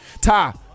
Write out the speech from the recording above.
ty